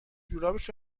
جورابش